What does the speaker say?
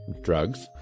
drugs